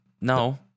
No